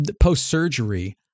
Post-surgery